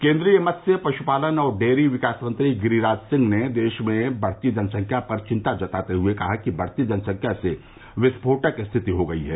केन्द्रीय मत्स्य पश्पालन और डेयरी विकास मंत्री गिरिराज सिंह ने देश में बढ़ती जनसंख्या पर चिंता जताते हये कहा है कि बढ़ती जनसंख्या से विस्फोटक स्थिति हो गयी है